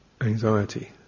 Anxiety